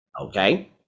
Okay